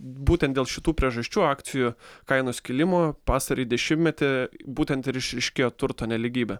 būtent dėl šitų priežasčių akcijų kainos kilimo pastarąjį dešimtmetį būtent ir išryškėjo turto nelygybė